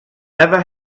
never